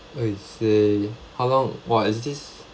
so it say how long !wah! is this